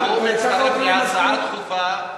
כשהוא מצטרף להצעה דחופה,